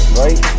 right